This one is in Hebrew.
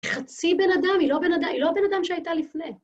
חצי בן אדם, היא לא הבן אדם שהייתה לפני.